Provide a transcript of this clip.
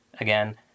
again